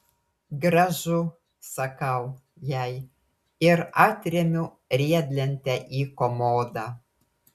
gražu sakau jai ir atremiu riedlentę į komodą